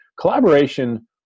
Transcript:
collaboration